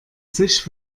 sich